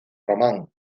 román